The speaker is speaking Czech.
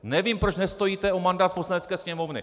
Nevím, proč nestojíte o mandát Poslanecké sněmovny.